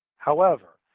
however,